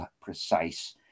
precise